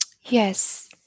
Yes